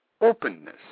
openness